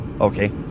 okay